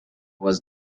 was